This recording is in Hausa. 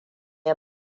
ya